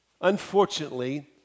unfortunately